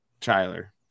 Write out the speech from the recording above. Tyler